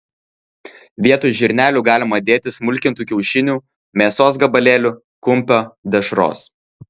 vietoj žirnelių galima dėti smulkintų kiaušinių mėsos gabalėlių kumpio dešros